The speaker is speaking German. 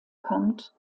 kommt